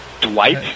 Dwight